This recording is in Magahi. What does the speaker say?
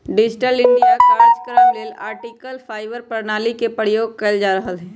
डिजिटल इंडिया काजक्रम लेल ऑप्टिकल फाइबर प्रणाली एक प्रयोग कएल जा रहल हइ